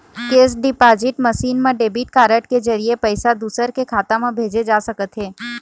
cash deposit machine म debit card के जरिए पइसा दूसर के खाता म भेजे जा सकत हे